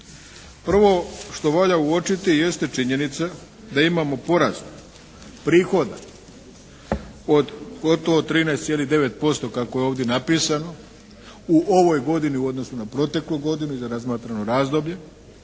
Prvo što valja uočiti jeste činjenica da imamo porast prihoda od gotovo 13,9% kako je ovdje napisano u ovoj godini u odnosu na proteklu godinu i za razmatrano razdoblje,